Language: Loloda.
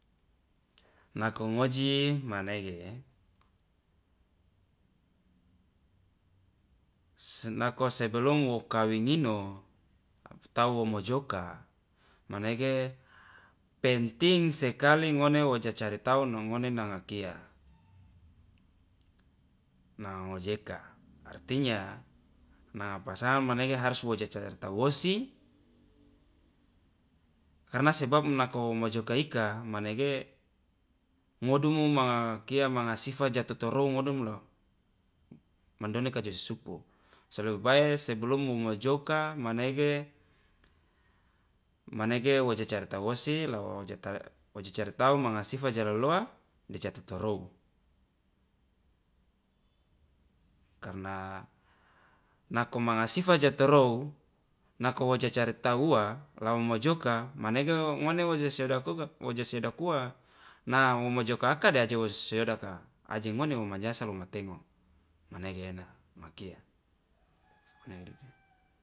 Nako ngoji manege s- wo nako sebelum wo kawing ino atau wo mojoka manege penting sekali ngone wo cacari tau no ngone nanga kia, na ngojeka artinya na pasangan manege harus wa cacari tau wosi, karena sebab nako mojoka ika manege ngodumu ma kia manga sifat ja totorou ngodumu lo mandone la sisupu so lebe bae sebelum wo mojoka manege manege wo cacari tau wosi la wo ja ta- wo cacari tau manga sifat ja loloa de ja totorou, karena nako manga sifat ja torou nako wo cacari tau ua la wo mojoka manege ngone wo ja siodak uka wo ja siodak ua, na wo mojoka aka de aje wo si siodaka aje ngone wo manyasal wo matengo, manege ena ma kia mane dika.